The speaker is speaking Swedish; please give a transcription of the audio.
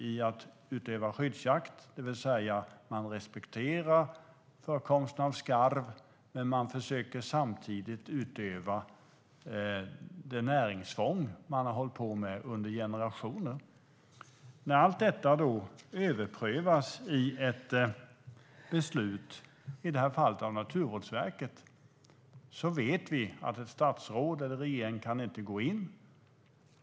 Man utövar skyddsjakt, det vill säga respekterar förekomsten av skarv men försöker samtidigt utöva det näringsfång man har hållit på med i generationer. När allt detta överprövas i ett beslut, i det här fallet fattat av Naturvårdsverket, vet vi att ett statsråd eller en regering inte kan gå in.